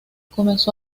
comenzó